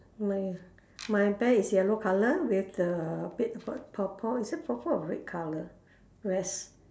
my my bear is yellow colour with the bit of a purple is it purple or red colour where's